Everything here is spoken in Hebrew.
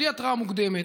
בלי התראה מוקדמת,